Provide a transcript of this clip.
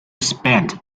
spend